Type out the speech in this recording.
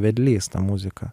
vedlys ta muzika